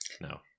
no